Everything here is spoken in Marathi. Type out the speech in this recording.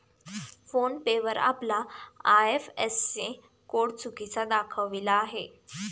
फोन पे वर आपला आय.एफ.एस.सी कोड चुकीचा दाखविला आहे